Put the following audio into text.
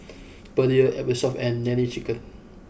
Perrier Eversoft and Nene Chicken